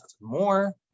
more